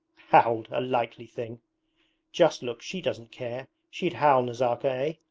howled! a likely thing just look, she doesn't care. she'd howl, nazarka,